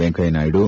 ವೆಂಕಯ್ಯನಾಯ್ತು